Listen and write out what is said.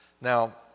Now